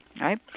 right